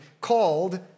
called